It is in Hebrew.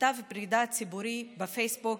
מכתב פרידה ציבורי בפייסבוק,